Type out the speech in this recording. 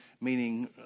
meaning